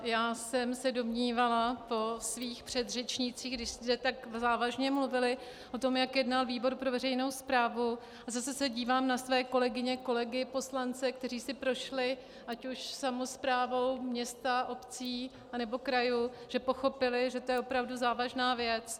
Já jsem se domnívala po svých předřečnících, když zde tak závažně mluvili o tom, jak jednal výbor pro veřejnou správu, a zase se dívám na své kolegyně a kolegy poslance, kteří si prošli ať už samosprávou města, obcí nebo krajů, že pochopili, že to je opravdu závažná věc.